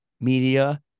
media